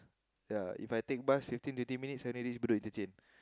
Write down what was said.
ya If I take bus fifteen or twenty minutes I only reach Bedok interchange